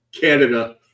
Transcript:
Canada